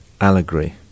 allegory